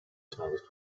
times